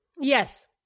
Yes